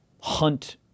hunt